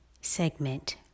segment